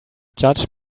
judge